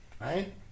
Right